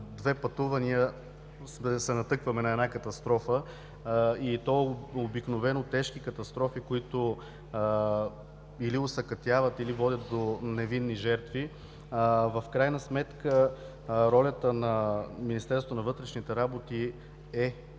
две пътувания се натъкваме на една катастрофа и то обикновено тежки катастрофи, които или осакатяват, или водят до невинни жертви. В крайна сметка ролята на Министерството на вътрешните работи е да